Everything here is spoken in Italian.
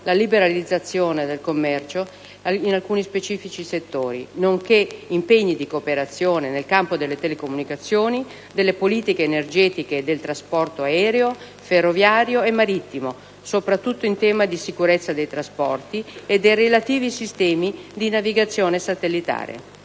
la liberalizzazione del commercio in alcuni specifici settori, nonché impegni di cooperazione nel campo delle telecomunicazioni, delle politiche energetiche e del trasporto aereo, ferroviario e marittimo (soprattutto in tema di sicurezza dei trasporti) e dei relativi sistemi di navigazione satellitare.